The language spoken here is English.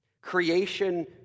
creation